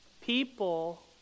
People